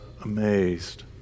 amazed